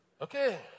Okay